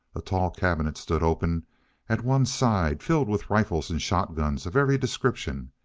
a tall cabinet stood open at one side filled with rifles and shotguns of every description,